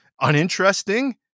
uninteresting